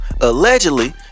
allegedly